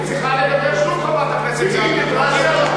היא צריכה לדבר שוב, חברת הכנסת זנדברג, מגיע לה.